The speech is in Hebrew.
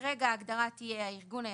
כרגע ההגדרה תהיה הארגון היציג,